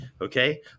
Okay